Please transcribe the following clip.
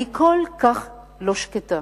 אני כל כך לא שקטה.